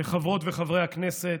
חברות וחברי הכנסת,